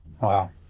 Wow